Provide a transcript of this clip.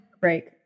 break